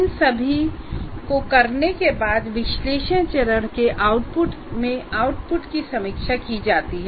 इन सभी को करने के बाद विश्लेषण चरण के आउटपुट की समीक्षा की जाती है